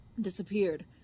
Disappeared